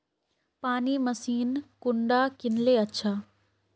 पानी मशीन कुंडा किनले अच्छा?